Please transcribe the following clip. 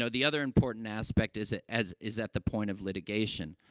so the other important aspect is ah as is at the point of litigation.